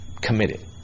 committed